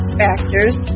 factors